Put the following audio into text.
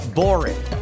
boring